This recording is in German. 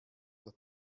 der